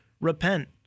repent